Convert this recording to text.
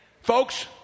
Folks